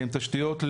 תשתיות,